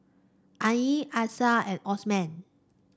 Ain Alyssa and Osman